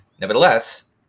Nevertheless